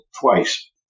twice